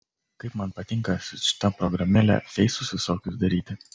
kaip man patinka su šita programėle feisus visokius daryti